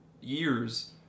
years